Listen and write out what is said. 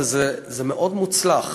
וזה מאוד מוצלח,